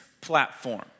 platform